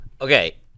Okay